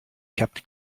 kept